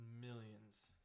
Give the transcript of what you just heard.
Millions